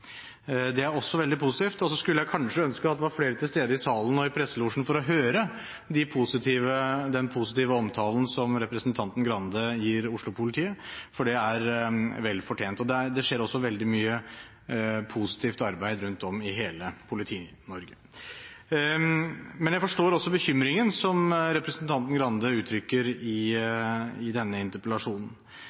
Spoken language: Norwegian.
Det er også veldig positivt. Så skulle jeg kanskje ønske at det var flere til stede i salen og i presselosjen for å høre den positive omtalen som representanten Skei Grande gir av Oslo-politiet, for det er vel fortjent. Det skjer også veldig mye positivt arbeid rundt om i hele Politi-Norge. Men jeg forstår også bekymringen som representanten Skei Grande uttrykker i denne interpellasjonen.